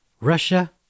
Russia